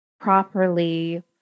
properly